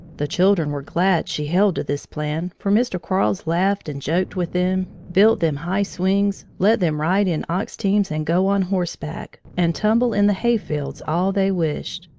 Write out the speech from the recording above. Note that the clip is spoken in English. the children were glad she held to this plan, for mr. quarles laughed and joked with them, built them high swings, let them ride in ox-teams and go on horseback, and tumble in the hayfields all they wished.